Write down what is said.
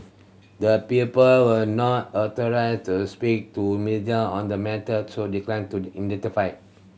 the people were not authorised to speak to media on the matter so declined to the identified